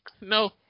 no